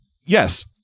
Yes